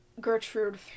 Gertrude